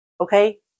okay